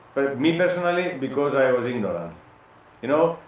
me personally because i was ignorant ah you know,